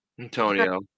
Antonio